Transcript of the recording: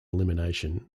elimination